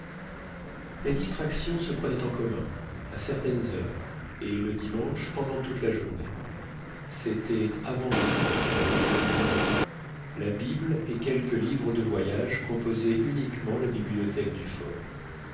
les distractions se prenaient en commun à certaines heures et le dimanche pendant toute la journée c'était avant tout la lecture la bible et quelques livres de voyage composaient uniquement la bibliothèque du fort